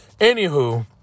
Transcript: anywho